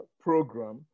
program